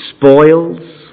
spoils